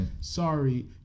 sorry